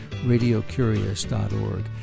RadioCurious.org